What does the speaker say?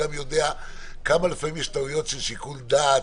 גם יודע כמה לפעמים יש טעויות של שיקול דעת.